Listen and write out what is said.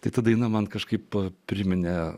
tai ta daina man kažkaip priminė